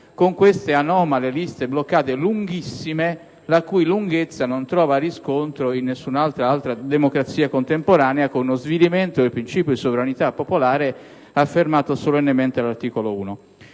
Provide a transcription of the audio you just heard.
con queste anomale e lunghissime liste bloccate, la cui lunghezza non trova riscontro in nessuna altra democrazia contemporanea, con uno svilimento del principio di sovranità popolare affermato solennemente dall'articolo 1